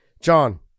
John